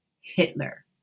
Hitler